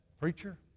Preacher